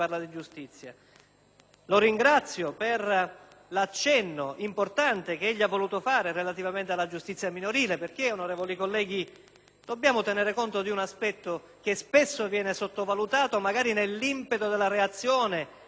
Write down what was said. Lo ringrazio per l'accenno importante che egli ha voluto fare relativamente alla giustizia minorile perché, onorevoli colleghi, dobbiamo tener conto di un aspetto che spesso viene sottovalutato, magari nell'impeto della reazione all'atto criminale.